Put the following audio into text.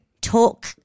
talk